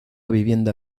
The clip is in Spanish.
vivienda